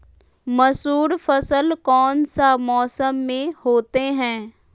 मसूर फसल कौन सा मौसम में होते हैं?